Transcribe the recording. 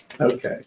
Okay